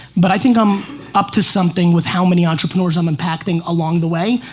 but i think i'm up to something with how many entrepreneurs i'm impacting along the way.